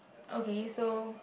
okay so